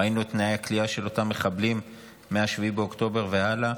ראינו את תנאי הכליאה של אותם מחבלים מ-7 באוקטובר והלאה,